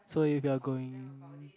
so if you're going